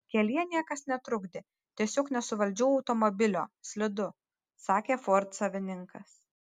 kelyje niekas netrukdė tiesiog nesuvaldžiau automobilio slidu sakė ford savininkas